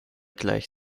gleich